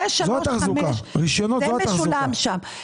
רישיונות זה לא תחזוקה.